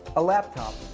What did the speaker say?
a laptop,